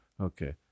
Okay